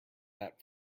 that